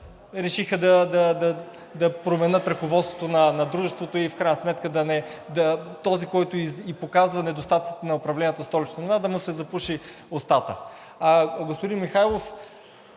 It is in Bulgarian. решиха да променят ръководството на дружеството и в крайна сметка този, който показва недостатъците на управлението в Столична община, да му се запуши устата.